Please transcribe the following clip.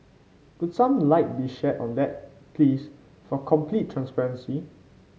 could some light be shed on that please for complete transparency